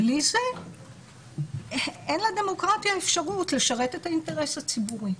בלי זה אין לדמוקרטיה אפשרות לשרת את האינטרס הציבורי.